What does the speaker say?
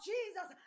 Jesus